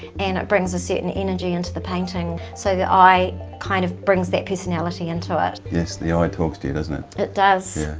and it brings a certain energy into the painting. so the eye kind of brings that personality into it. yes, the ah eye talks to you doesn't it? it does,